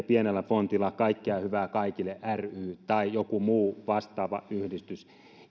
pienellä fontilla kaikkea hyvää kaikille ry tai joku muu vastaava yhdistys